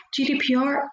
GDPR